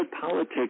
politics